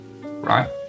right